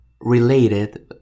related